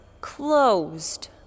closed